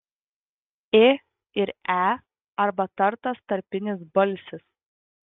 ė ir e arba tartas tarpinis balsis